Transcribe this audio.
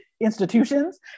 institutions